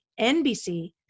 NBC